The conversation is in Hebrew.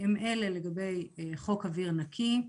לגבי חוק אוויר נקי,